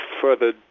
further